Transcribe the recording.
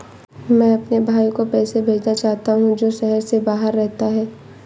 मैं अपने भाई को पैसे भेजना चाहता हूँ जो शहर से बाहर रहता है